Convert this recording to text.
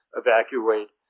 evacuate